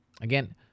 again